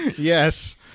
yes